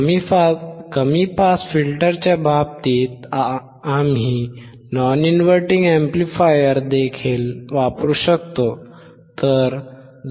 कमी पास फिल्टरच्या बाबतीत आम्ही नॉन इनव्हर्टिंग अॅम्प्लिफायर देखील वापरू शकतो